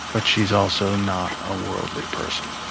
but she's also not a worldly person.